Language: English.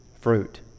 fruit